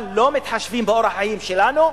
אבל לא מתחשבים באורח החיים שלנו,